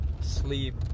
Sleep